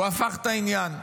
הוא הפך את העניין.